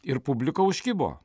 ir publika užkibo